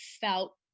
felt